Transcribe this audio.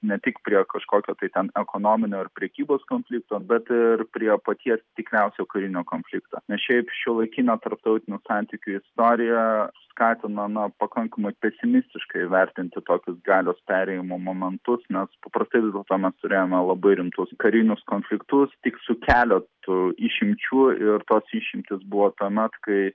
ne tik prie kažkokio tai ten ekonominio ar prekybos konflikto bet ir prie paties tikriausiai jau karinio konflikto nes šiaip šiuolaikinio tarptautinių santykių istorija skatinama pakankamai pesimistiškai vertinti tokius galios perėjimo momentus nes paprastai vis dėlto mes turėjome labai rimtus karinius konfliktus tik su keletu išimčių ir tos išimtys buvo tuomet kai